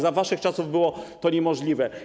Za waszych czasów było to niemożliwe.